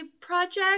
Project